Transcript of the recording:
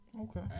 Okay